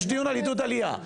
יש דיון על עידוד עלייה,